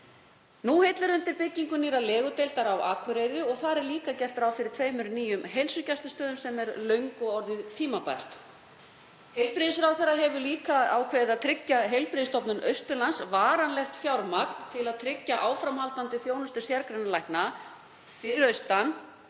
Nú hillir undir byggingu nýrrar legudeildar á Akureyri og þar er líka gert ráð fyrir tveimur nýjum heilsugæslustöðvum sem er löngu orðið tímabært. Heilbrigðisráðherra hefur líka ákveðið að tryggja Heilbrigðisstofnun Austurlands varanlegt fjármagn til að tryggja áframhaldandi þjónustu sérgreinalækna fyrir austan